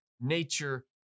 nature